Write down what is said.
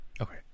Okay